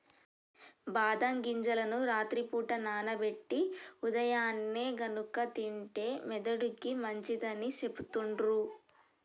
బాదం గింజలను రాత్రి పూట నానబెట్టి ఉదయాన్నే గనుక తింటే మెదడుకి మంచిదని సెపుతుండ్రు